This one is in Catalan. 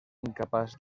incapaç